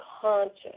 conscious